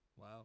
Wow